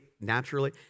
naturally